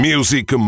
Music